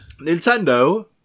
Nintendo